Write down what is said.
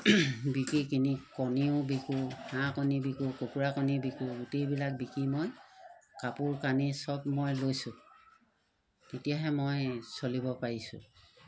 বিকি কিনি কণীও বিকোঁ হাঁহ কণী বিকো কুকুৰা কণী বিকোঁ গোটেইবিলাক বিকি মই কাপোৰ কানি চব মই লৈছোঁ তেতিয়াহে মই চলিব পাৰিছোঁ